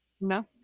no